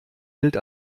gilt